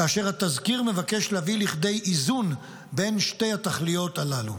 כאשר התזכיר מבקש להביא לידי איזון בין שתי התכליות הללו.